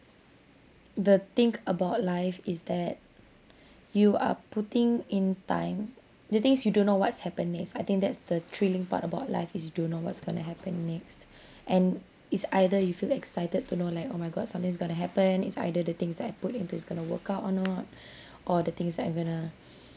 the think about life is that you are putting in time the things is you don't know what's happen next I think that's the thrilling part about life is you don't know what's going to happen next and it's either you feel excited to know like oh my god something's going to happen is either the things that I put into is going to work out or not or the things that I'm going to